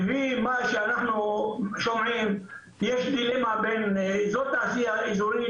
לפי מה שאנחנו שומעים יש דילמה בין אזור תעשייה אזורי,